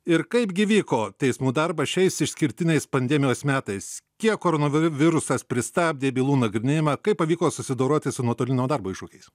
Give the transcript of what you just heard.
ir kaipgi vyko teismų darbas šiais išskirtiniais pandemijos metais kiek koronavirusas pristabdė bylų nagrinėjimą kaip pavyko susidoroti su nuotolinio darbo iššūkiais